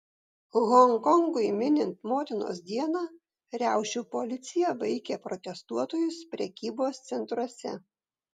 honkongui minint motinos dieną riaušių policija vaikė protestuotojus prekybos centruose